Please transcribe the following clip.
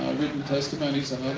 written testimonies on